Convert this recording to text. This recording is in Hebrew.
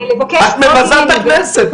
את מבזה את הכנסת.